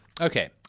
Okay